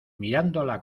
mirándola